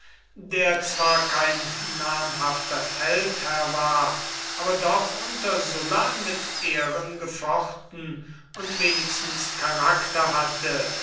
der zwar kein namhafter feldherr war aber doch unter sulla mit ehren gefochten und wenigstens charakter hatte